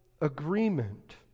agreement